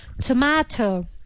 tomato